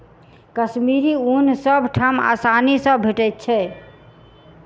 कश्मीरी ऊन सब ठाम आसानी सँ भेटैत छै